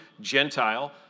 Gentile